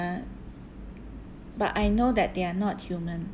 uh but I know that they are not human